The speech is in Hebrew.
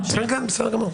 שאמרת.